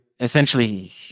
essentially